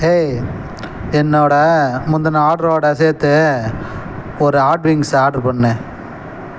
ஏய் என்னோடய முந்தின ஆர்ட்ரோடு சேர்த்து ஒரு ஹாட் விங்ஸை ஆர்ட்ரு பண்ணு